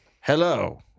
Hello